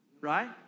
Right